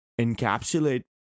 encapsulate